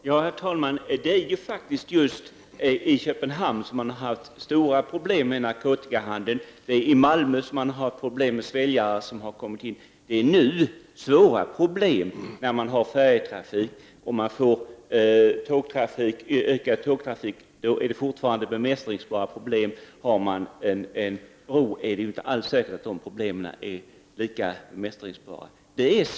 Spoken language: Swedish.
Herr talman! Det är ju faktiskt i just Köpenhamn som man har stora problem med narkotikahandeln. Det är i Malmö som man har haft problem med smugglare som kommit in. Problemen är svåra redan med färjetrafiken. Med ökad tågtrafik är problemen fortfarande bemästringsbara. Om man har en bro är det inte alls säkert att problemen är lika bemästringsbara.